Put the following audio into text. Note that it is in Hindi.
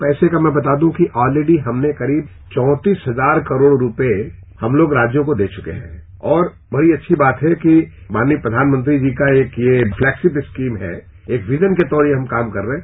पैसे का मैं बता दूं कि ऑलरेडी हमने करीब अ हजार करोड़ रुपए हम लोग राज्यों को दे चके हैं और बड़ी अच्छी बात है कि माननीय प्रधानमंत्री जी का एक ये प्लैगशिप स्कीम है एक विजन के तौर ये हम काम कर रहे हैं